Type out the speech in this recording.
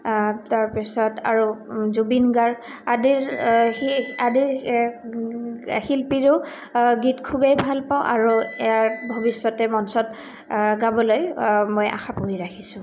তাৰপিছত আৰু জুবিন গাৰ্গ আদিৰ আদিৰ শিল্পীৰেও গীত খুবেই ভাল পাওঁ আৰু ইয়াৰ ভৱিষ্যতে মঞ্চত গাবলৈ মই আশা পুহি ৰাখিছোঁ